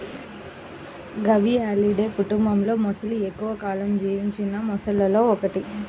గవియాలిడే కుటుంబంలోమొసలి ఎక్కువ కాలం జీవించిన మొసళ్లలో ఒకటి